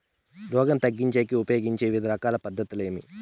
రోగం తగ్గించేకి ఉపయోగించే వివిధ రకాల పద్ధతులు ఏమి?